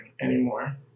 anymore